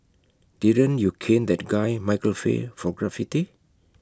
didn't you cane that guy Michael Fay for graffiti